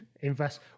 invest